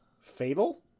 fatal